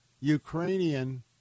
Ukrainian